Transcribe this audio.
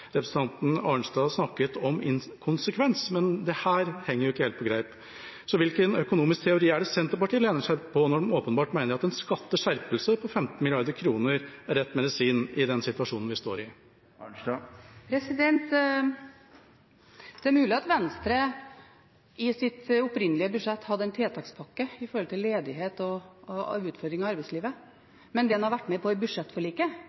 representanten Arnstad snakke om inkonsekvens, men dette henger jo ikke helt på greip. Hvilken økonomisk teori er det Senterpartiet lener seg på når de åpenbart mener at en skatteskjerpelse på 15 mrd. kr er rett medisin i den situasjonen vi står i? Det er mulig at Venstre i sitt opprinnelige budsjett hadde en tiltakspakke for ledighet og utfordringer i arbeidslivet, men det en har vært med på i budsjettforliket,